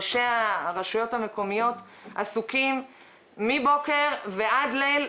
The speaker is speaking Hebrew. ראשי הרשויות המקומיות עסוקים מבוקר ועד לילה,